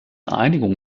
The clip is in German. einigung